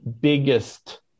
biggest